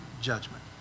judgment